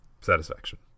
satisfaction